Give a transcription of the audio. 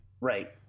Right